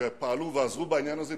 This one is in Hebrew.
שפעלו ועזרו בעניין הזה.